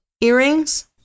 earrings